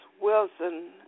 Wilson